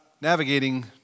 navigating